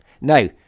Now